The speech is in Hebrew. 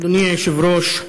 אדוני היושב-ראש,